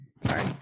Sorry